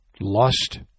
lust